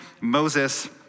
Moses